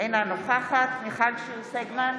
אינה נוכחת מיכל שיר סגמן,